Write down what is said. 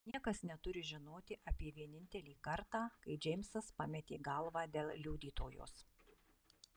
niekas neturi žinoti apie vienintelį kartą kai džeimsas pametė galvą dėl liudytojos